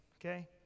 okay